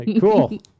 cool